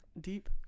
deep